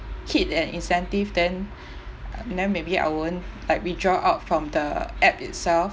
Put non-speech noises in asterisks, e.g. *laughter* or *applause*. keep an incentive then *breath* then maybe I won't like withdraw out from the app itself